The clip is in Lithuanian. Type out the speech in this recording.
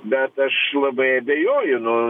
bet aš labai abejoju nu